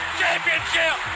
championship